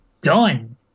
done